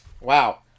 wow